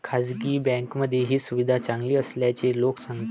खासगी बँकांमध्ये ही सुविधा चांगली असल्याचे लोक सांगतात